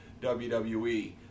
WWE